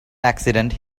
accident